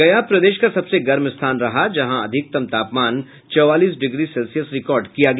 गया प्रदेश का सबसे गर्म स्थान रहा जहां अधिकतम तापमान चौवालीस डिग्री सेल्सियस रिकॉर्ड किया गया